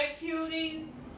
cuties